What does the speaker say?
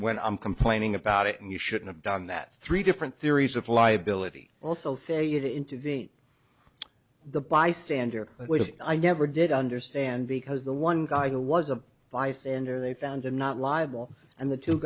when i'm complaining about it and you should have done that three different theories of liability also failure to intervene the bystander i never did understand because the one guy who was a vice ender they found him not liable and the two